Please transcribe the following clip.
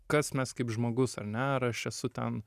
kas mes kaip žmogus ar ne ar aš esu ten